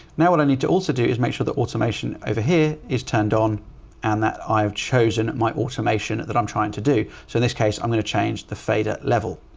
now, what i need to also do is make sure that automation over here is turned on and that i've chosen my automation that i'm trying to do. so in this case, i'm going to change the fader level.